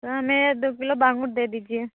तो हमें दो किलो बांगुर दे दीजिए